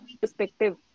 perspective